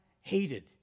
hated